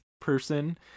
Person